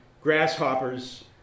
grasshoppers